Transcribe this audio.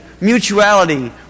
mutuality